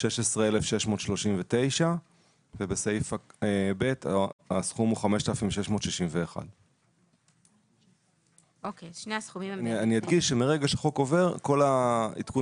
16,639 ובסעיף (ב) הסעיף 5,661. אני אדגיש שמרגע שחוק עובר כל עדכוני